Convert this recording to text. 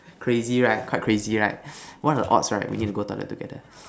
crazy right quite crazy right what are the odds right we need to go toilet together